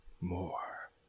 more